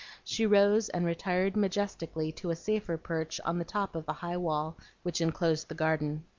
she rose and retired majestically to a safer perch on the top of the high wall which enclosed the garden.